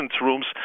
rooms